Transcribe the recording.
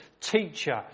teacher